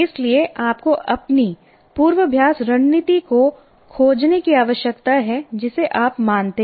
इसलिए आपको अपनी पूर्वाभ्यास रणनीति को खोजने की आवश्यकता है जिसे आप मानते हैं